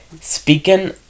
Speaking